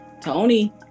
Tony